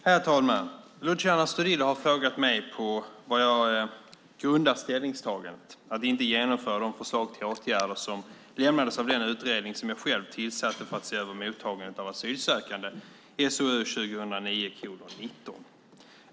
Herr talman! Luciano Astudillo har frågat mig på vad jag grundar ställningstagandet att inte genomföra de förslag till åtgärder som lämnades av den utredning som jag själv tillsatte för att se över mottagandet av asylsökande, SOU 2009:19.